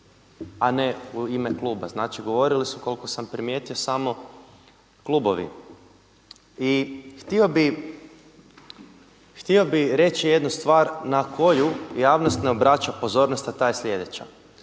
a ne u ime kluba. Znači govorili su koliko sam primijetio samo klubovi. I htio bih reći jednu stvar na koju javnost ne obraća pozornost a ta je sljedeća.